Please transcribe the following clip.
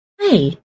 Hey